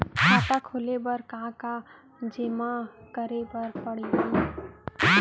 खाता खोले बर का का जेमा करे बर पढ़इया ही?